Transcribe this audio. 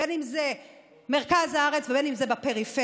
בין במרכז הארץ ובין בפריפריה,